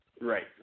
Right